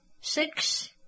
six